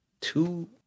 two